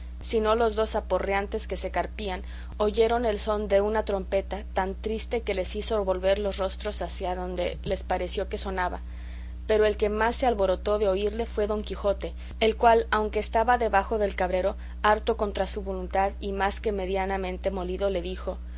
sino los dos aporreantes que se carpían oyeron el son de una trompeta tan triste que les hizo volver los rostros hacia donde les pareció que sonaba pero el que más se alborotó de oírle fue don quijote el cual aunque estaba debajo del cabrero harto contra su voluntad y más que medianamente molido le dijo